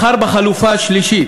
בחר בחלופה השלישית,